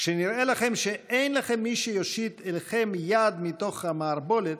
כשנראה לכם שאין לכם מי שיושיט אליכם יד מתוך המערבולת,